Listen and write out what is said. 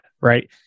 right